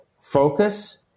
focus